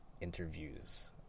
interviews